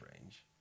Range